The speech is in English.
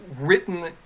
written